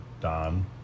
Don